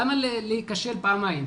למה להיכשל פעמיים?